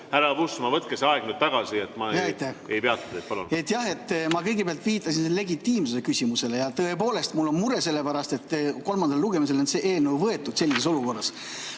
Härra Puustusmaa, võtke see aeg nüüd tagasi, ma ei peata teid. Palun! Jah, ma kõigepealt viitasin legitiimsuse küsimusele ja tõepoolest mul on mure, sellepärast et kolmandale lugemisele on see eelnõu võetud sellises olukorras.